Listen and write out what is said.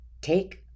take